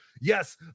Yes